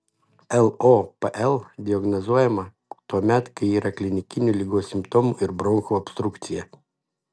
lopl diagnozuojama tuomet kai yra klinikinių ligos simptomų ir bronchų obstrukcija